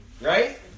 right